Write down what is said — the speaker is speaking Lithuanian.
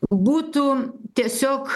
būtų tiesiog